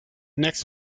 next